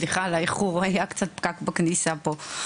וסליחה על האיחור בהגעה - היה קצת פקק בכניסה פה.